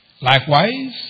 Likewise